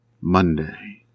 Monday